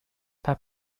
pas